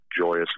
Joyous